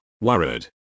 Worried